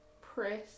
press